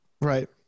Right